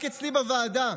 רק אצלי בוועדה,